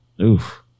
Oof